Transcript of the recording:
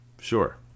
Sure